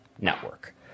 network